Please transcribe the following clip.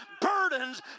burdens